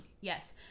Yes